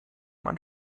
man